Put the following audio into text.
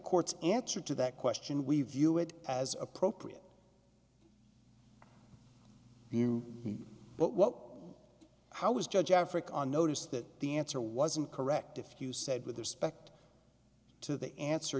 court's answer to that question we view it as appropriate view but what how was judge africa on notice that the answer wasn't correct if you said with respect to the answer